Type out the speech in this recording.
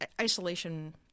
isolation